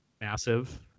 massive